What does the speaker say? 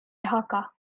dhaka